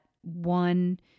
one